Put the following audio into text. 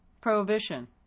Prohibition